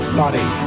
body